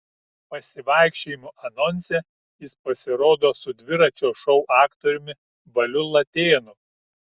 pasivaikščiojimų anonse jis pasirodo su dviračio šou aktoriumi baliu latėnu